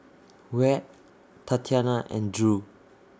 Wyatt Tatyana and Drew